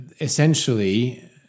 essentially